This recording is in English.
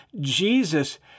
Jesus